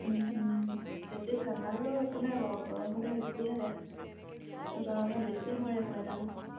বেছি ঠাণ্ডা হ'লেও একো নাই বাৰু গৰম হ'লে বেছিয়েই বেয়া গৰমত বেছি মৰে ব্ৰইলাৰবোৰ